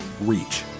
reach